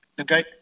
okay